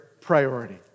priority